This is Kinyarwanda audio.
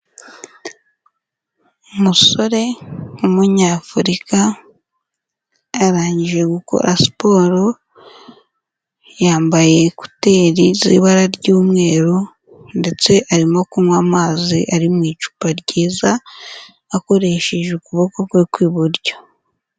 Umusore w'Umunyafurika arangije gukora siporo, yambaye ekuteri z'ibara ry'umweru ndetse arimo kunywa amazi ari mu icupa ryiza, akoresheje ukuboko kwe kw'iburyo.